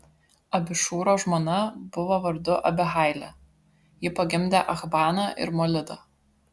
abišūro žmona buvo vardu abihailė ji pagimdė achbaną ir molidą